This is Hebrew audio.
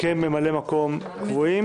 ממלאי מקום קבועים.